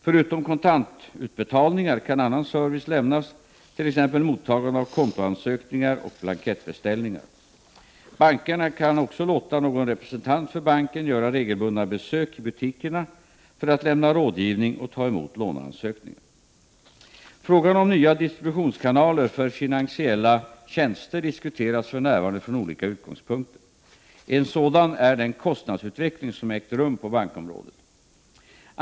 Förutom kontantutbetalningar kan annan service lämnas, t.ex. mottagande av kontoansökningar och blankettbeställningar. Bankerna kan också låta någon representant för banken göra regelbundna besök i butikerna för att lämna rådgivning och ta emot låneansökningar. Frågan om nya distributionskanaler för finansiella tjänster diskuteras för närvarande från olika utgångspunkter. En sådan är den kostnadsutveckling som ägt rum på bankområdet.